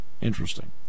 Interesting